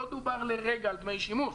לא דובר לרגע על דמי שימוש,